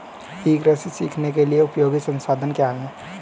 ई कृषि सीखने के लिए उपयोगी संसाधन क्या हैं?